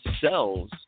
cells